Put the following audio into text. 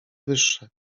wyższe